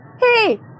Hey